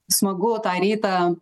smagu tą rytą